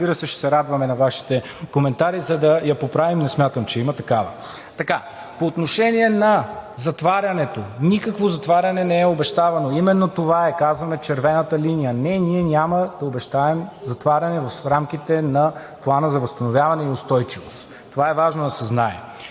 разбира се, ще се радваме на Вашите коментари, за да я поправим. Не смятам, че има такава. По отношение на затварянето. Никакво затваряне не е обещавано. Именно това е, казваме, червената линия. Не, ние няма да обещаем затваряне в рамките на Плана за възстановяване и устойчивост. Това е важно да се знае.